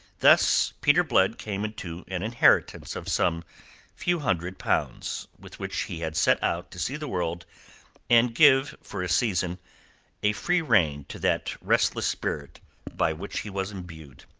thus peter blood came into an inheritance of some few hundred pounds, with which he had set out to see the world and give for a season a free rein to that restless spirit by which he was imbued.